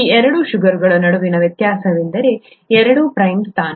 ಈ ಎರಡು ಶುಗರ್ಗಳ ನಡುವಿನ ವ್ಯತ್ಯಾಸವೆಂದರೆ ಎರಡು ಪ್ರೈಮ್ ಸ್ಥಾನ